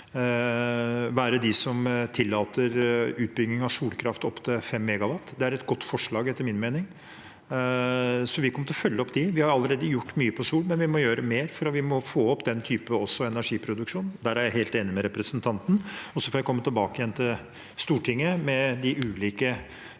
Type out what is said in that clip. være dem som tillater utbygging av solkraft opp til 5 MW. Det er etter min mening et godt forslag. Vi kommer til å følge opp dette. Vi har allerede gjort mye på sol, men vi må gjøre mer, for vi må få opp også den type energiproduksjon. Der er jeg helt enig med representanten, og så får jeg komme tilbake til Stortinget med de ulike